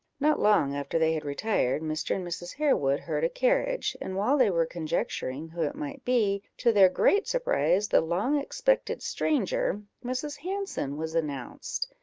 not long after they had retired, mr. and mrs. harewood heard a carriage, and while they were conjecturing who it might be, to their great surprise, the long-expected stranger, mrs. hanson, was announced.